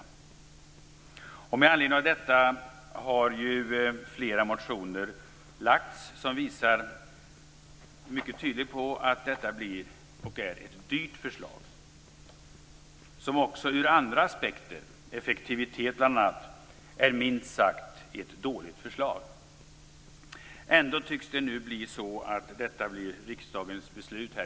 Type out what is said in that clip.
Med anledning av detta har flera motioner väckts. Man visar där mycket tydligt att detta är ett dyrt förslag, som också ur andra aspekter, vad gäller bl.a. effektivitet, är minst sagt ett dåligt förslag. Ändå tycks detta i dag bli riksdagens beslut.